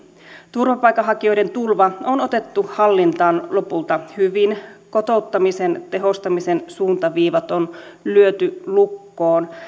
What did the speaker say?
turvapaikanhakijoiden tulva on otettu hallintaan lopulta hyvin kotouttamisen tehostamisen suuntaviivat on lyöty lukkoon